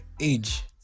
age